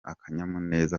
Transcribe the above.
akanyamuneza